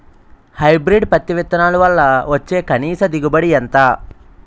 Hybrid పత్తి విత్తనాలు వల్ల వచ్చే కనీస దిగుబడి ఎంత?